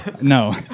No